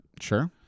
Sure